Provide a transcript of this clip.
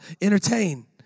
entertain